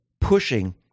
pushing